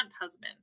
husband